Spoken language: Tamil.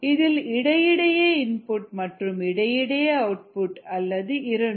இதில் இடையிடையே இன்புட் மற்றும் இடை இடையே அவுட்புட் அல்லது இரண்டும்